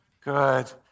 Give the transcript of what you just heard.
Good